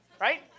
right